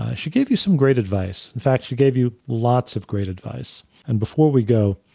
ah she gave you some great advice. in fact, she gave you lots of great advice. and before we go,